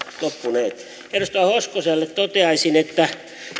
loppuneet edustaja hoskoselle toteaisin että